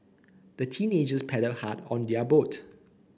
the teenagers paddled hard on their boat